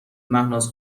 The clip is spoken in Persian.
مهناز